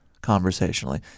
conversationally